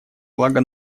благо